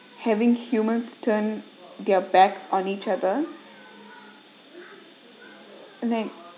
having humans turn their backs on each other and then